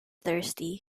thirsty